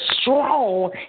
strong